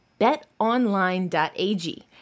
BetOnline.ag